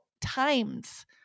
times